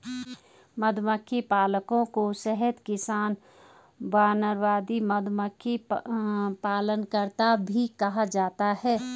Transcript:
मधुमक्खी पालकों को शहद किसान, वानरवादी, मधुमक्खी पालनकर्ता भी कहा जाता है